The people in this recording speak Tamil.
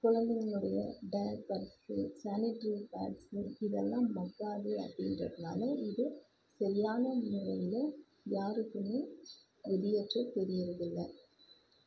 குழந்தைங்களுடைய டையப்பர் சானிட்ரி பேட்ஸ்சு இதெல்லாம் மக்காது அப்டின்றதுனால இது சரியான முறையில யாருக்குமே வெளியேற்ற தெரியிறது இல்ல